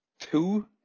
two